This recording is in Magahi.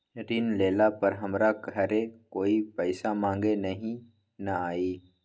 ऋण लेला पर हमरा घरे कोई पैसा मांगे नहीं न आई?